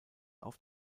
auf